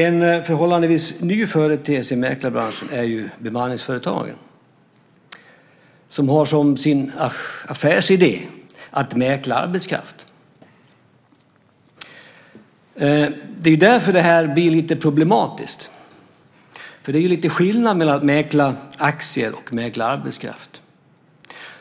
En förhållandevis ny företeelse i mäklarbranschen är bemanningsföretagen som har som sin affärsidé att mäkla arbetskraft. Det är därför som det här blir lite problematiskt. Det är ju lite skillnad mellan att mäkla aktier och att mäkla arbetskraft